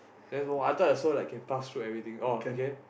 that's why I thought the soul like I could pass through everything oh okay